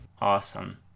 Awesome